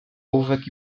ołówek